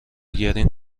گرین